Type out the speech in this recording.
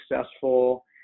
successful